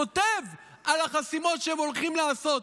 כותב על החסימות שהם הולכים לעשות,